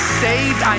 saved